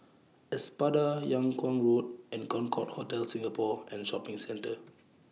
Espada Yung Kuang Road and Concorde Hotel Singapore and Shopping Centre